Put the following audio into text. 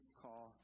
call